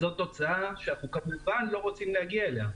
זאת תוצאה שאנחנו כמובן לא רוצים להגיע אליה,